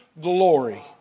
glory